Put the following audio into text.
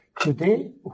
today